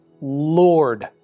Lord